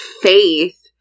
faith